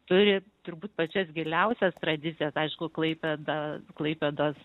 turi turbūt pačias giliausias tradicijas aišku klaipėda klaipėdos